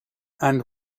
and